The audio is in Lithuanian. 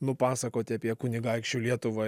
nupasakoti apie kunigaikščių lietuvą